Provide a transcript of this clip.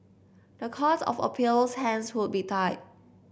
the Court of Appeal's hands would be tied